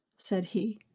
said he.